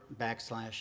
backslash